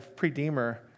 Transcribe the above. Redeemer